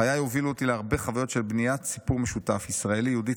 חיי הובילו אותי להרבה חוויות של בניית סיפור משותף ישראלי-יהודי-ציוני,